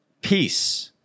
peace